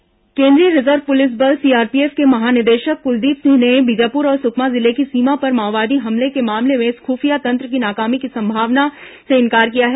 CRPF DG केन्द्रीय reserve police बल CRPF के महानिदेशक कुलदीप सिंह ने बीजापुर और सुकमा जिले की सीमा पर माओवादी हमले के मामले में खुफिया तंत्र की नाकामी की संभावना से इंकार किया है